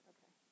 Okay